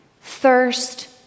thirst